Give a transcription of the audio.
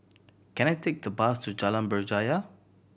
can I take the bus to Jalan Berjaya